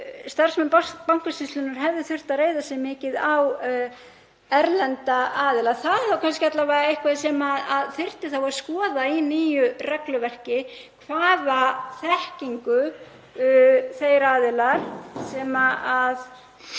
starfsmenn Bankasýslunnar hefðu þurft að reiða sig mikið á erlenda aðila. Það er kannski eitthvað sem þyrfti að skoða í nýju regluverki, hvaða þekkingu þeir aðilar hafa